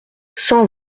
cent